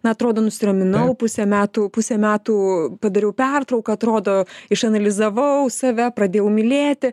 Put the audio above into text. na atrodo nusiraminau pusę metų pusę metų padariau pertrauką atrodo išanalizavau save pradėjau mylėti